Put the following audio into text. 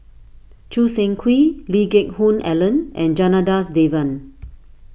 Choo Seng Quee Lee Geck Hoon Ellen and Janadas Devan